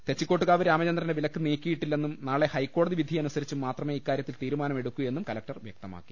തെച്ചിക്കോട്ട്കാവ് രാമചന്ദ്രന്റെ വിലക്ക് നീക്കി യിട്ടില്ലെന്നും നാളെ ഹൈക്കോടതി വിധിയനുസരിച്ച് മാത്രമേ ഇക്കാ ര്യത്തിൽ തീരുമാനമെടുക്കൂവെന്നും കലക്ടർ വ്യക്തമാക്കി